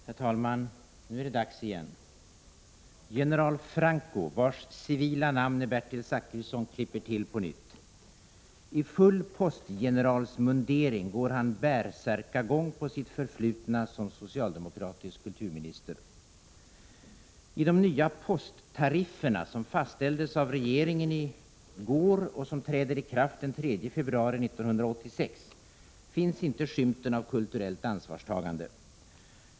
Herr talman! ”Nu är det dags igen. General Franko, vars civila namn är Bertil Zachrisson, klipper till på nytt. I full postgeneralsmundering går han bärsärkagång på sitt förflutna som socialdemokratisk kulturminister. I de nya posttarifferna, som fastställdes av regeringen i går och som träder i kraft den 3 februari 1986, finns inte skymten av kulturellt ansvarstagande.